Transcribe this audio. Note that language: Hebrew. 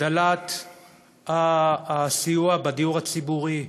הגדלת הסיוע בדיור הציבורי,